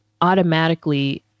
automatically